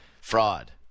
Fraud